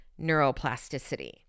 neuroplasticity